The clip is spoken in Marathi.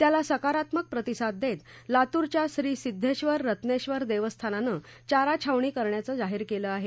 त्याला सकारात्मक प्रतिसाद देत लातूरच्या श्री सिद्देश्वर रत्नेश्वर देवस्थानानं चारा छावणी करण्याचं जाहीर केलं आहे